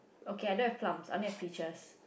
okay I don't have plus I only have peaches